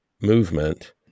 movement